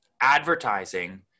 advertising